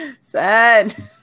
Sad